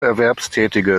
erwerbstätige